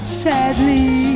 sadly